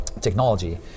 Technology